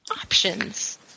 options